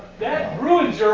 that ruins